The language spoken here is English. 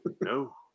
No